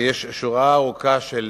אני רוצה לומר לך שיש שורה ארוכה של